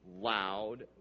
loud